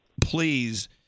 please